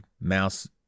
mouse